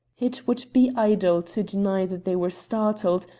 it would be idle to deny that they were startled,